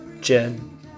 Jen